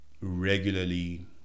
regularly